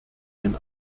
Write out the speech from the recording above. ein